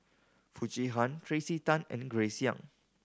Foo Chee Han Tracey Tan and Grace Young